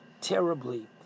terribly